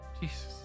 Jesus